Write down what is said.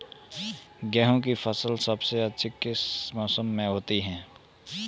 गेंहू की फसल सबसे अच्छी किस मौसम में होती है?